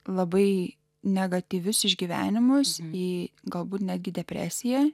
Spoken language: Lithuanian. labai negatyvius išgyvenimus į galbūt netgi depresiją